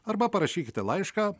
arba parašykite laišką